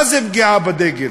מה זו פגיעה בדגל?